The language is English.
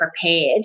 prepared